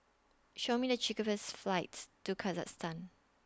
Show Me The cheapest flights to Kyrgyzstan